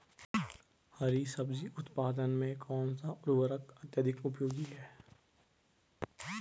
हरी सब्जी उत्पादन में कौन सा उर्वरक अत्यधिक उपयोगी है?